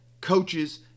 coaches